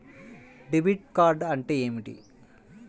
Debit card అంటే ఏమిటి?